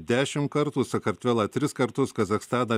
dešimt kartų sakartvelą tris kartus kazachstaną